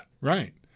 right